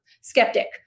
skeptic